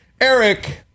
Eric